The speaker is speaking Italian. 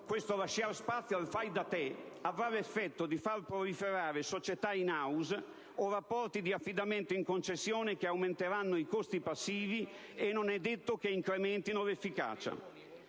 questo lasciar spazio al «fai da te» avrà l'effetto di far proliferare società *in house* o rapporti di affidamento in concessione che aumenteranno i costi passivi e non è detto che incrementino l'efficacia.